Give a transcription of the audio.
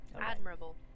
Admirable